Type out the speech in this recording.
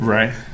Right